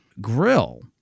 grill